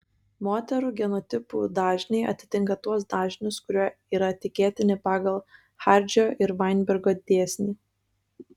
moterų genotipų dažniai atitinka tuos dažnius kurie yra tikėtini pagal hardžio ir vainbergo dėsnį